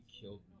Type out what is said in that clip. killed